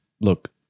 Look